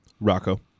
Rocco